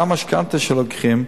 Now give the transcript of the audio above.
גם משכנתה שלוקחים,